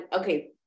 Okay